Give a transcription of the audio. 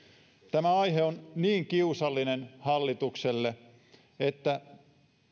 tämä aihe on niin kiusallinen hallitukselle että